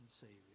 Savior